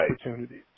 opportunities